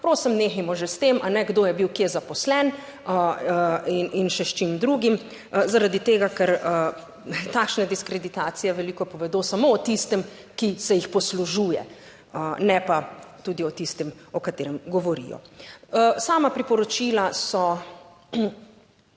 prosim, nehajmo že s tem, kdo je bil kje zaposlen in še s čim drugim. Zaradi tega, ker takšne diskreditacije veliko povedo samo o tistem, ki se jih poslužuje, ne pa tudi o tistem, o katerem govorijo. Sama priporočila so